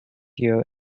here